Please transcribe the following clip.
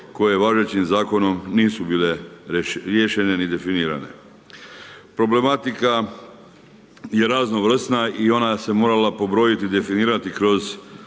koje važećim zakonom nisu bile riješene ni definirane. Problematika je raznovrsna i ona se morala pobrojiti, definirati kroz